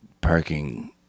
Parking